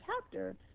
chapter